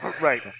right